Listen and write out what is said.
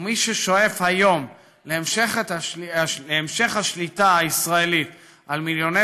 ומי ששואף היום להמשך השליטה הישראלית במיליוני